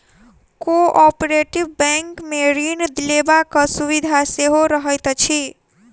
cooperative बैंकमे ऋण लेबाक सुविधा सेहो रहैत अछि